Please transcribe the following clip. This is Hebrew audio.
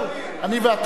אנחנו, אני ואתה.